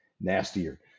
nastier